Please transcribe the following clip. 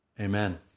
Amen